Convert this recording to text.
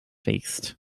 faced